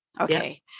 Okay